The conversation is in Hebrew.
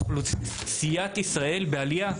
אוכלוסיית ישראל נמצאת בעלייה.